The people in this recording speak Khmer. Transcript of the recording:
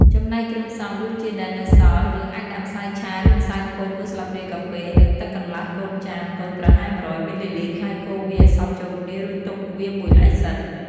ចំណែកគ្រឿងផ្សំរសជាតិដែលនៅសល់ យើងអាចដាក់ម្សៅឆាឬម្សៅពោត១ស្លាបព្រាកាហ្វេ និងទឹកកន្លះកូនចានតូចប្រហែល១០០មីលីលីត្រ ហើយកូរវាឲ្យសព្វចូលគ្នា រួចទុកវាមួយឡែកសិន។